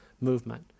movement